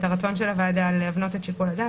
את רצון הוועדה להבנות את שיקול הדעת.